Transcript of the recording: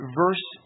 verse